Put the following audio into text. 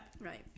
Right